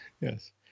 Yes